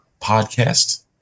podcast